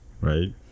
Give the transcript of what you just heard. right